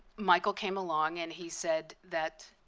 michael came along, and he said that